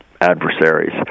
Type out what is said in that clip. adversaries